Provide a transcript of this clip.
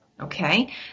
okay